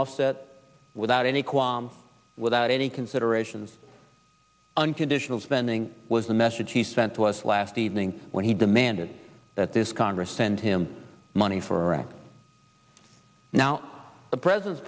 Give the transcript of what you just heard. offset without any qualms without any considerations unconditional spending was the message he sent to us last evening when he demanded that this congress send him money for right now the president's